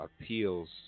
appeals